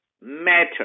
matter